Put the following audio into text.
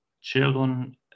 children